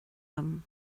liom